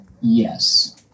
yes